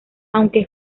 aunque